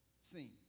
seen